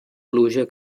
pluja